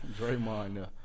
Draymond